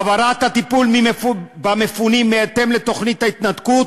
העברת הטיפול במפונים בהתאם לתוכנית ההתנתקות